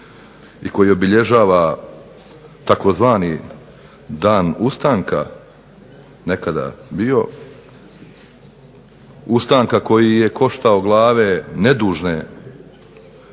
i koji obilježava tzv. dan ustanka nekada bio, Ustanka koji je koštao glave nedužno